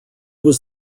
was